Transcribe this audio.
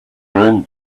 ruined